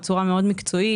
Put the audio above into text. בצורה מאוד מקצועית.